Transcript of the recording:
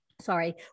sorry